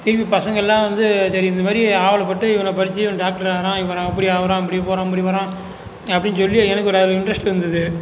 திருப்பி பசங்கள் எல்லாம் வந்து சரி இந்தமாதிரி ஆவல்ப்பட்டு இவன் படிச்சு இவன் டாக்டர் ஆனால் இவன் அப்படி ஆகிறான் இப்படி போகிறான் இப்படி வர்றான் அப்படின்னு சொல்லி எனக்கு ஒரு அதில் இன்ட்ரெஸ்ட் இருந்தது